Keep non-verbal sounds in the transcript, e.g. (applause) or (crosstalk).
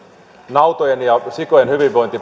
nautojen ja sikojen hyvinvointi (unintelligible)